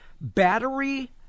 battery